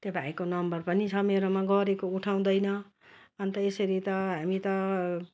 त्यो भाइको नम्बर पनि छ मेरोमा गरेको उठाउँदैन अन्त यसरी त हामी त